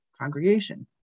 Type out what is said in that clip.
congregation